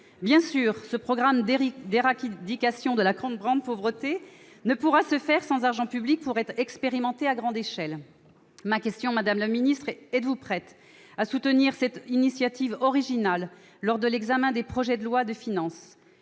Bien sûr, ce programme d'éradication de la grande pauvreté ne pourra se faire sans argent public pour être expérimenté à grande échelle. Madame la ministre, êtes-vous prête à soutenir cette initiative originale lors de l'examen des projets de loi de finances ?